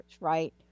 right